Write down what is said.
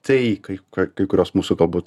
tai kai ko kai kurios mūsų galbūt